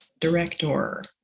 director